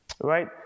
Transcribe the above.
right